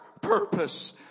purpose